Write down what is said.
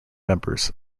members